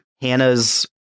Hannah's